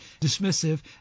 dismissive